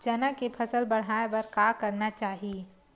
चना के फसल बढ़ाय बर का करना चाही?